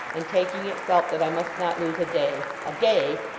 and taking it, felt that i must not lose a day a day!